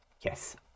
yes